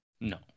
No